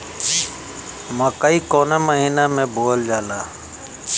मकई कवने महीना में बोवल जाला?